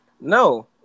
No